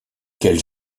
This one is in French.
quelle